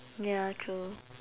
ya true